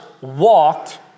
walked